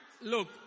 Look